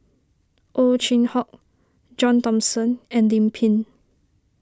Ow Chin Hock John Thomson and Lim Pin